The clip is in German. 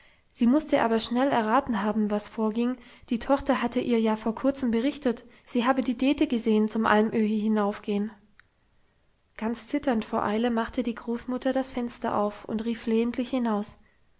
sie musste aber schnell erraten haben was vorging die tochter hatte ihr ja vor kurzem berichtet sie habe die dete gesehen zum alm öhi hinaufgehen ganz zitternd vor eile machte die großmutter das fenster auf und rief flehentlich hinaus